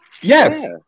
Yes